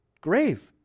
grave